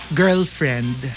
girlfriend